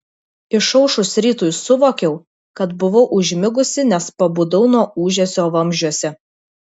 išaušus rytui suvokiau kad buvau užmigusi nes pabudau nuo ūžesio vamzdžiuose